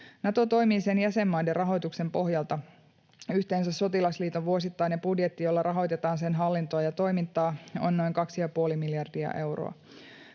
Nato toimii sen jäsenmaiden rahoituksen pohjalta. Yhteensä sotilasliiton vuosittainen budjetti, jolla rahoitetaan sen hallintoa ja toimintaa, on noin kaksi ja puoli